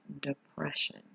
depression